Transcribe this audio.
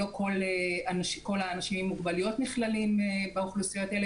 לא כל האנשים עם המוגבלויות נכללים בזה,